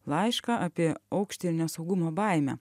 laišką apie aukštį ir nesaugumo baimę